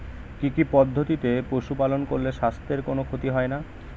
কি কি পদ্ধতিতে পশু পালন করলে স্বাস্থ্যের কোন ক্ষতি হয় না?